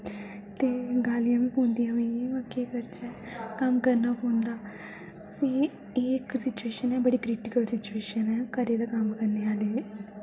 ते गालियां बी पौंदियां मिगी पर केह् करचै कम्म करना पौंदा ते ऐ इक सिचुएशन ऐ बड़ी क्रिटिकल सिचुएशन ऐ घरे दा कम्म करने आह्ली